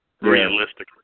realistically